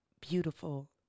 beautiful